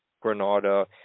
granada